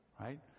Right